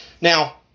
Now